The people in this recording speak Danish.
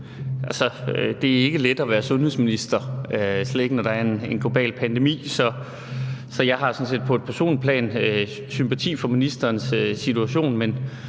det er ikke let at være sundhedsminister, slet ikke når der er en global pandemi. Så på den ene side har jeg sådan set på et personligt plan sympati for ministerens situation,